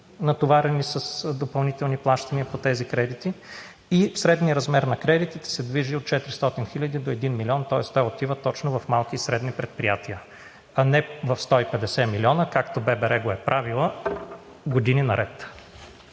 натоварени с допълнителни плащания по тези кредити. Средният размер на кредитите се движи от 400 хиляди до 1 милион, тоест той отива точно в малките и средни предприятия, а не в 150 милиона, както ББР го е правила години наред.